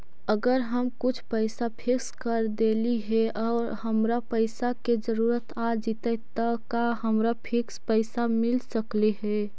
अगर हम कुछ पैसा फिक्स कर देली हे और हमरा पैसा के जरुरत आ जितै त का हमरा फिक्स पैसबा मिल सकले हे?